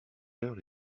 l’heure